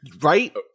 right